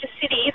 city